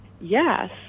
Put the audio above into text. yes